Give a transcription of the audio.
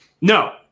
No